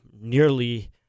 nearly